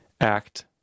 Act